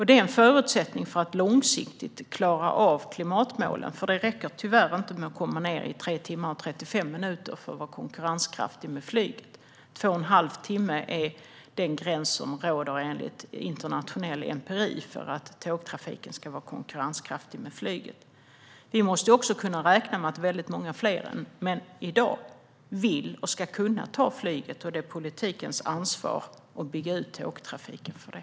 Det är en förutsättning för att långsiktigt klara av klimatmålen, för det räcker tyvärr inte att komma ned i 3 timmar och 35 minuter för att vara konkurrenskraftig med flyget. 2 timmar och 30 minuter är den gräns som råder enligt internationell empiri för att tågtrafiken ska vara konkurrenskraftig med flyget. Vi måste också räkna med att många fler än i dag vill och ska kunna ta tåget, och det är politikens ansvar att bygga ut tågtrafiken för det.